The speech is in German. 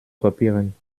kopieren